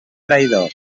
traïdor